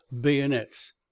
bayonets